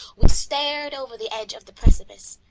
we stared over the edge of the precipice.